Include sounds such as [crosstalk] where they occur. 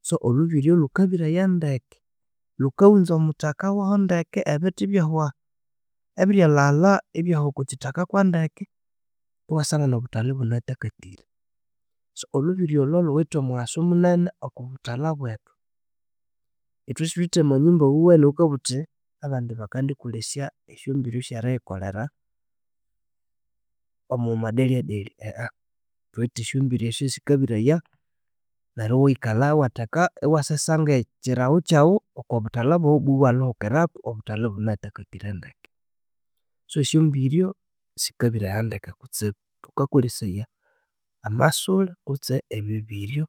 So olhubiryo lhukabiraya ndeke lhukawunza omuthakawuho ndeke ebithi ibyahwa ebiryalhaghalha ebyahwa oko kithaka kodendeke iwasangana obuthalha ibunathakathire so olhubiryo olho lhuwithe omuwasu munene oko buthalha bwethu. Ithwesithuwithe amanyumba wuwene wukabuwa withe abandi bakedikolesya esyambiryo syeriyikolera omwa madelyadelya [hesitation] thuwithe esyombiryo esyo esikangiraya neryo wikalha watheka ewasesa ekirawukyawu oko buthalha bwawu iwalhuhikirako obuthalha ibunathakathire ndeke. So esyombiryo sikabirya ndeke kutsibu thukakolesaya amasule kutse ebibiryo